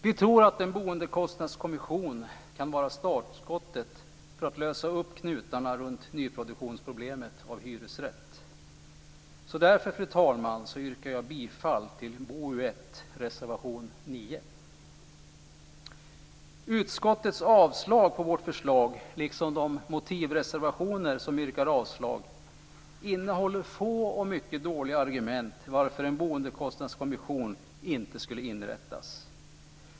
Vi tror att en boendekostnadskommission kan vara startskottet för att lösa upp knutarna runt nyproduktionsproblemet av hyresrätt. Därför, fru talman, yrkar jag bifall till reservation Utskottets avslag på vårt förslag, liksom de motivreservationer där man yrkar avslag, innehåller få och mycket dåliga argument för varför en boendekostnadskommission inte skulle inrättas.